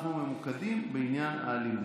אנחנו ממוקדים בעניין האלימות.